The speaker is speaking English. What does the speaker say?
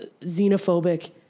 xenophobic